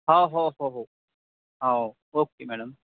हो हो हो हो ओके मॅडम